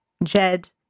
Jed